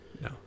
no